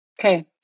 Okay